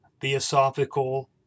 theosophical